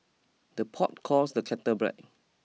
the pot calls the kettle black